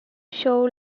show